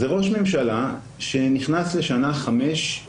זה ראש ממשלה שנכנס לשנה חמישית,